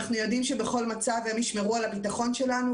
אנחנו יודעים שבכל מצב הם ישמרו על הביטחון שלנו,